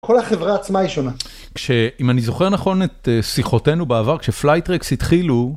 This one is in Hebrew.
כל החברה עצמה היא שונה אם אני זוכר נכון את שיחותינו בעבר כשפלייטרקס התחילו.